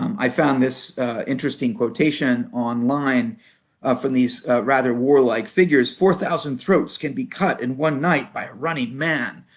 um i found this interesting quotation online from from these rather warlike figures four thousand throats can be cut in one night by a running man,